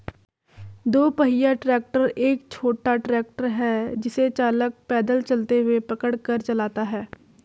दो पहिया ट्रैक्टर एक छोटा ट्रैक्टर है जिसे चालक पैदल चलते हुए पकड़ कर चलाता है